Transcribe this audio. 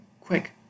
quick